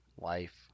life